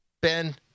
Ben